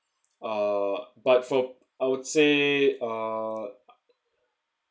uh but for I would say uh